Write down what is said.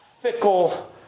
fickle